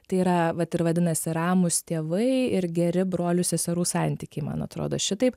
tai yra vat ir vadinasi ramūs tėvai ir geri brolių seserų santykiai man atrodo šitaip